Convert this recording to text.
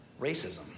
racism